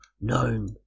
known